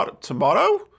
tomorrow